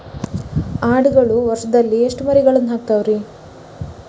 ಆಡುಗಳು ವರುಷದಲ್ಲಿ ಎಷ್ಟು ಮರಿಗಳನ್ನು ಹಾಕ್ತಾವ ರೇ?